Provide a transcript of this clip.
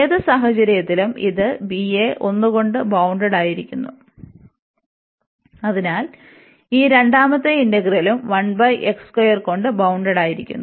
ഏത് സാഹചര്യത്തിലും ഇത് b യെ 1 കൊണ്ട് ബൌൺഡ്ടായിരിക്കുന്നു അതിനാൽ ഈ രണ്ടാമത്തെ ഇന്റഗ്രന്റും കൊണ്ട് ബൌൺഡ്ടായിരിക്കുന്നു